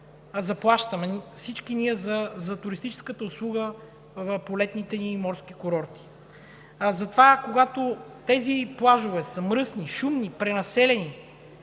заплащаме за туристическата услуга по летните ни морски курорти. Затова когато тези плажове са мръсни, шумни, пренаселени,